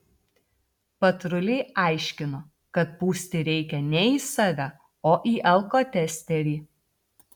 patruliai aiškino kad pūsti reikia ne į save o į alkotesterį